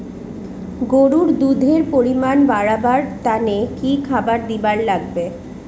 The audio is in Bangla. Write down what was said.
গরুর দুধ এর পরিমাণ বারেবার তানে কি খাবার দিবার লাগবে?